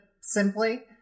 simply